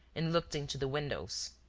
and looked into the windows.